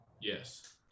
Yes